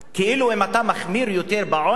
כאילו אם אתה מחמיר יותר בעונש,